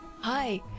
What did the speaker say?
Hi